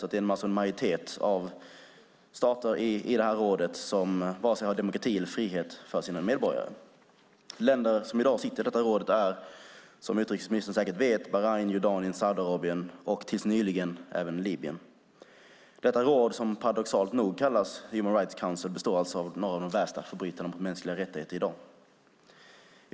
Det är alltså en majoritet av stater i rådet som varken har demokrati eller frihet för sina medborgare. Länder som i dag sitter i detta råd är, som utrikesministern säkert vet, Bahrain, Jordanien, Saudiarabien och tills nyligen även Libyen. Detta råd, som paradoxalt nog kallas Human Rights Council, består alltså av några av de värsta förbrytarna mot mänskliga rättigheter i dag.